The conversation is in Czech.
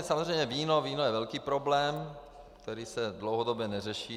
Samozřejmě víno je velký problém, který se dlouhodobě neřeší.